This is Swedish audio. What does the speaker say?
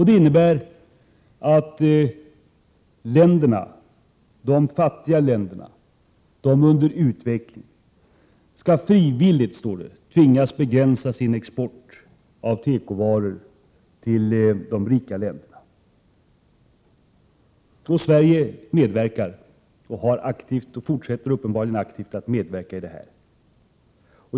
Det innebär att de fattiga länderna under utveckling frivilligt — som det står — skall tvingas begränsa sin export av tekovaror till de rika länderna. Sverige har aktivt medverkat till detta och fortsätter uppenbarligen att göra det.